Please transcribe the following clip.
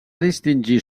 distingir